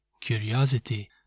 curiosity